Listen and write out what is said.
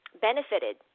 benefited